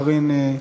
קארין,